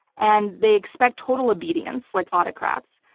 and they expect total obedience like autocrats,